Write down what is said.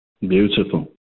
Beautiful